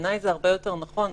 בעיניי זה הרבה יותר נכון.